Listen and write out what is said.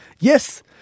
Yes